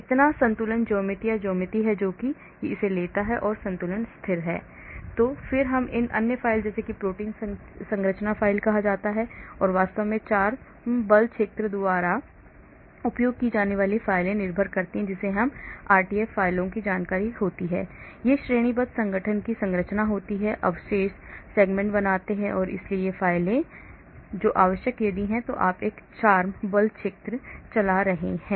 इतना संतुलन ज्यामिति यह ज्यामिति है जो इसे लेता है और संतुलन स्थिति है